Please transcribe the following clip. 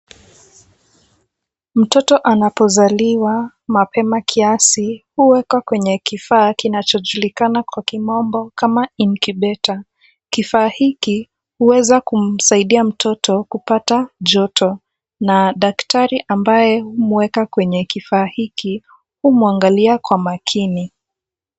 Mtoto anapozaliwa, mapema kiasi huwekwa kwenye kifaa kinachojulikana kwa kimombo kama incubator . Kifaa hiki huweza kumsaidia mtoto kupata joto, na daktari ambaye humweka kwenye kifaa hiki humwangalia kwa makini.